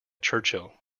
churchill